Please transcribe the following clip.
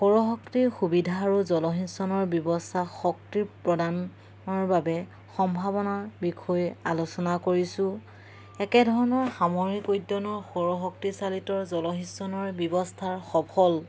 সৌৰশক্তিৰ সুবিধা আৰু জলসিঞ্চনৰ ব্যৱস্থা শক্তি প্ৰদানৰ বাবে সম্ভাৱনাৰ বিষয়ে আলোচনা কৰিছোঁ একেধৰণৰ সামৰিক উদ্যানৰ সৌৰশক্তি চালিত জলসিঞ্চনৰ ব্যৱস্থাৰ সফল